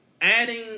adding